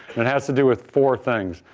and, it has to do with four things.